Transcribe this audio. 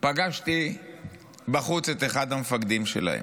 פגשתי בחוץ את אחד המפקדים שלהם.